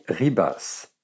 Ribas